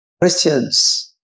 Christians